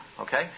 okay